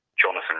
Jonathan